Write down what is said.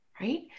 right